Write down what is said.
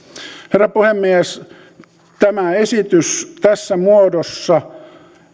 herra puhemies tämä esitys tässä muodossa